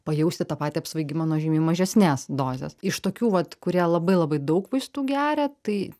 pajausti tą patį apsvaigimą nuo žymiai mažesnės dozės iš tokių vat kurie labai labai daug vaistų geria tai